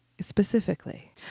specifically